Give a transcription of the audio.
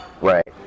Right